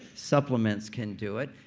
supplements can do it.